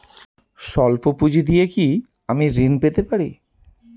সল্প পুঁজি দিয়ে কি আমি ঋণ পেতে পারি?